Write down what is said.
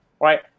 right